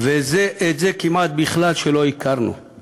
וזה את זה כמעט בכלל שלא הכרנו /